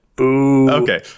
Okay